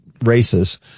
races